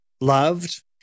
loved